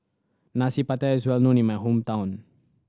Nasi Pattaya is well known in my hometown